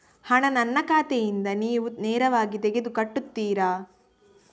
ಹಣ ನನ್ನ ಖಾತೆಯಿಂದ ನೀವು ನೇರವಾಗಿ ತೆಗೆದು ಕಟ್ಟುತ್ತೀರ?